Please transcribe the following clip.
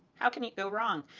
how can you go wrong?